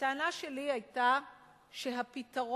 הטענה שלי היתה שהפתרון,